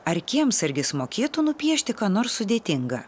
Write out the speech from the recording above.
ar kiemsargis mokėtų nupiešti ką nors sudėtinga